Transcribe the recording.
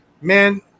man